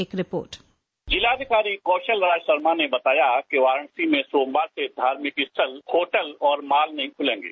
एक रिपोर्ट जिलाधिकारी कौशल राज शर्मा ने बताया कि वाराणसी में सोमवार से धार्मिक स्थल होटल और माल नहीं खुलेंगे